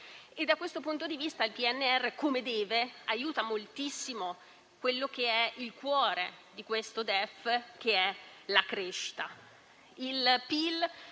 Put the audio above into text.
Da questo punto di vista, il PNRR, come deve, aiuta moltissimo il cuore di questo DEF, che è la crescita. Il PIL,